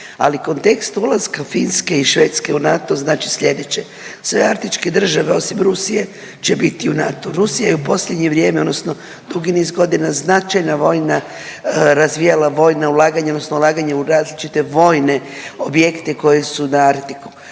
ali kontekst ulaska Finske i Švedske u NATO znači slijedeće, sve arktičke države osim Rusije će biti u NATO-u. Rusija je u posljednje vrijeme odnosno dugi niz godina značajna vojna, razvijala vojna ulaganja odnosno ulaganja u različite vojne objekte koji su na Arktiku.